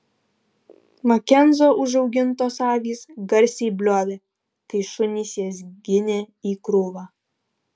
makenzio užaugintos avys garsiai bliovė kai šunys jas ginė į krūvą